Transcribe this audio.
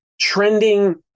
trending